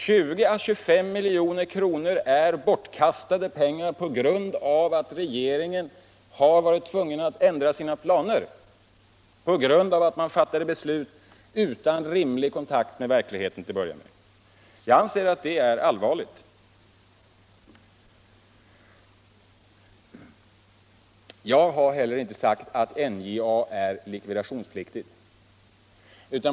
20 å 25 miljoner kronor är bortkastade på grund av att regeringen har varit tvungen att ändra sina planer, på grund av att man till att börja med fattade beslut utan rimlig kontakt med verkligheten. Jag anser att det är allvarligt. Jag har inte sagt att NJA är likvidationspliktigt.